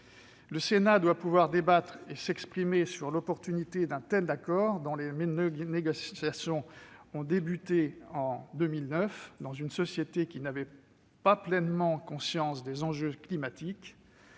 Le Sénat doit pouvoir débattre et s'exprimer sur l'opportunité d'un tel accord, dont les négociations ont débuté en 2009, dans une société qui n'avait pas pleinement conscience des enjeux climatiques.